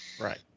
Right